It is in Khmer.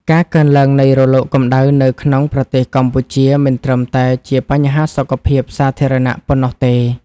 ការកើនឡើងនៃរលកកម្ដៅនៅក្នុងប្រទេសកម្ពុជា មិនត្រឹមតែជាបញ្ហាសុខភាពសាធារណៈប៉ុណ្ណោះទេ។